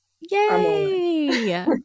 Yay